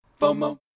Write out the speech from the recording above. FOMO